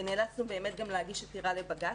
ונאלצנו להגיש עתירה לבג"ץ.